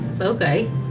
Okay